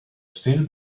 still